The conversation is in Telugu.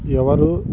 ఎవరూ